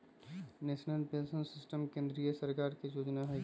national pension system केंद्रीय सरकार के जोजना हइ